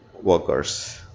Workers